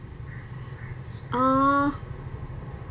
uh